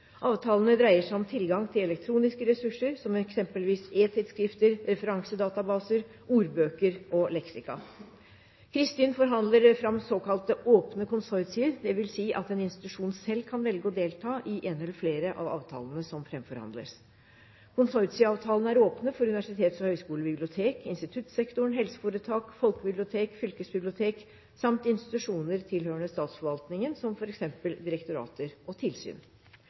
Avtalene dreier seg om tilgang til elektroniske ressurser, som eksempelvis e-tidsskrifter, referansedatabaser, ordbøker og leksika. Cristin forhandler fram såkalte åpne konsortier, dvs. at en institusjon selv kan velge å delta i en eller flere av avtalene som framforhandles. Konsortieavtalene er åpne for universitets- og høyskolebibliotek, instituttsektoren, helseforetak, folkebibliotek, fylkesbibliotek samt institusjoner tilhørende statsforvaltningen, som f.eks. direktorater og tilsyn.